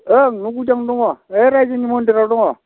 ओं न' गुदिआवनो दङ ओइ राइजोनि मन्दिरावनो दङ